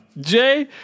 Jay